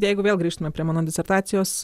jeigu vėl grįžtume prie mano disertacijos